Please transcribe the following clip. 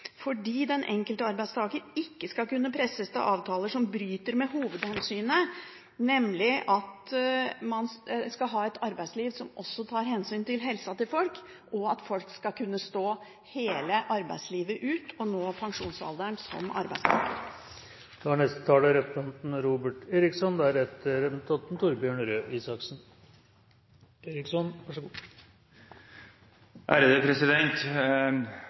fordi den enkelte arbeidstaker ikke skal kunne presses til avtaler som bryter med hovedhensynet – nemlig at man skal ha et arbeidsliv som også tar hensyn til helsa til folk, og at folk skal kunne stå hele arbeidslivet ut og nå pensjonsalderen som arbeidstaker.